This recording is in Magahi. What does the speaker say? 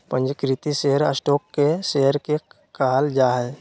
पंजीकृत शेयर स्टॉक के शेयर के कहल जा हइ